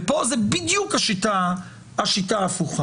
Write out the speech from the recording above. כאן זאת בדיוק השיטה ההפוכה.